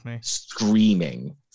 screaming